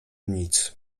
nic